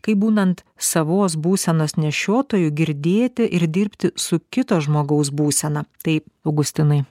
kaip būnant savos būsenos nešiotoju girdėti ir dirbti su kito žmogaus būsena tai augustinai